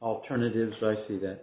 alternatives i see that